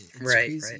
right